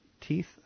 teeth